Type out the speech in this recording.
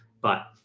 but,